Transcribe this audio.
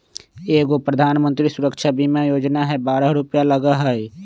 एगो प्रधानमंत्री सुरक्षा बीमा योजना है बारह रु लगहई?